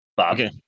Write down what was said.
Okay